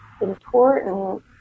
important